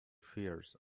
fears